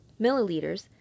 milliliters